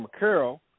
McCarroll